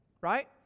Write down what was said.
right